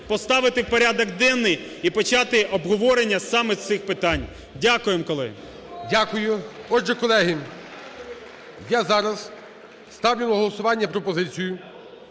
поставити в порядок денний і почати обговорення саме цих питань. Дякуємо, колеги. ГОЛОВУЮЧИЙ. Дякую. Отже, колеги, я зараз ставлю на голосування пропозицію,